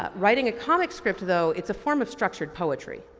ah writing a comic script though it's a form of structured poetry.